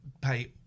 pay